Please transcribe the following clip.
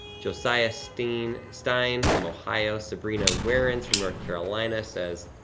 josiah stein stein from ohio. sabrina warens from north carolina says,